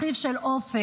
אחיו של עופר.